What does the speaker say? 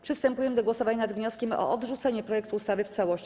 Przystępujemy do głosowania nad wnioskiem o odrzucenie projektu ustawy w całości.